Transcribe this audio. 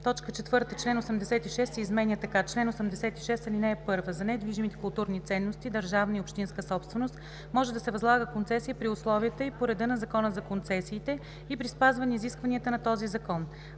4. Член 86 се изменя така: „Чл. 86. (1) За недвижимите културни ценности – държавна и общинска собственост, може да се възлага концесия при условията и по реда на Закона за концесиите и при спазване изискванията на този закон.